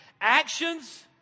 Actions